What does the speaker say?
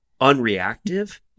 unreactive